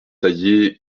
taillée